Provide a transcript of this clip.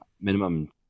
minimum